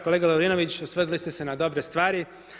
Kolega Lovrinović, osvrnuli ste se na dobre stvari.